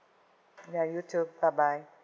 ya you too bye bye